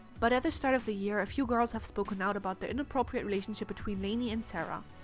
but at the start of the year a few girls have spoken out about the inappropriate relationship between lainey and sarah.